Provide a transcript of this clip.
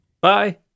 bye